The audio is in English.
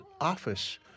office